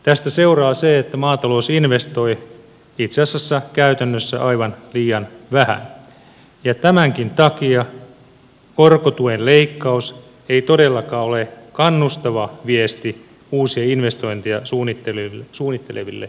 tästä seuraa se että maatalous investoi itse asiassa käytännössä aivan liian vähän ja tämänkin takia korkotuen leikkaus ei todellakaan ole kannustava viesti uusia investointeja suunnitteleville viljelijöille